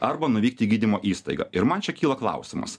arba nuvykt į gydymo įstaigą ir man čia kyla klausimas